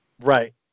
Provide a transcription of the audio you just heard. Right